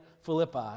Philippi